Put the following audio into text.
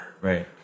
Right